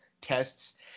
tests